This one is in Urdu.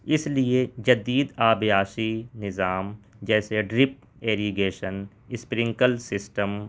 اس لیے جدید آبیاشی نظام جیسے ڈرپ اریگیشن اسپرنکل سسٹم